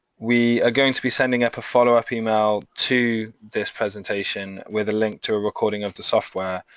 we are going to be sending up a follow-up email to this presentation with a link to a recording of the software,